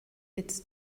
its